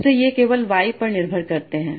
इसलिए ये केवल y पर निर्भर करते हैं